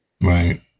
Right